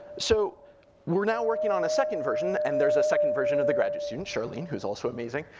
so we're now working on a second version, and there's a second version of the graduate student, charlene, who's also amazing.